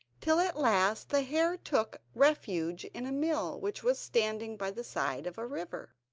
till at last the hare took refuge in a mill which was standing by the side of a river.